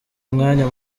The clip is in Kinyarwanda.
umwanya